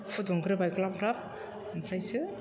फुदुंग्रोबाय ग्लाब ग्लाब ओमफ्रायसो